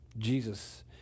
Jesus